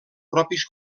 propis